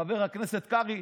חבר הכנסת קרעי,